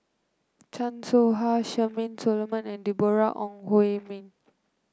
Chan Soh Ha Charmaine Solomon and Deborah Ong Hui Min